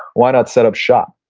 why not set up shop?